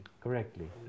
correctly